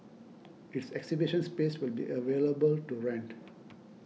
its exhibition space will be available to rent